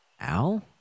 Al